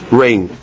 rain